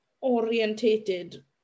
orientated